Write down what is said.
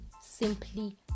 simply